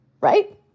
right